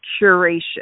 curation